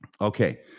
Okay